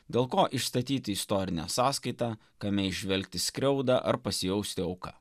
dėl ko išstatyti istorinę sąskaitą kame įžvelgti skriaudą ar pasijausti auka